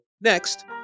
next